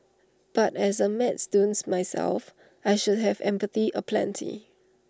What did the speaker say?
but as A maths dunce myself I should have empathy aplenty